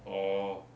orh